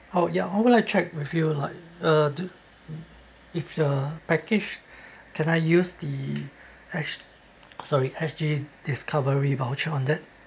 oh ya I will like check with you like uh do if the package can I use the S sorry S_G discovery voucher on that